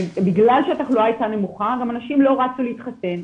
בגלל שהתחלואה הייתה נמוכה גם אנשים לא רצו להתחסן.